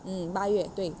mm 八月对